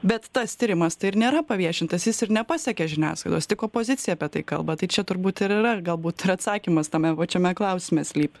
bet tas tyrimas tai ir nėra paviešintas jis ir nepasiekė žiniasklaidos tik opozicija apie tai kalba tai čia turbūt ir yra galbūt ir atsakymas tame pačiame klausime slypi